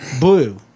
Blue